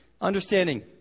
Understanding